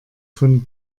von